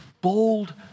Bold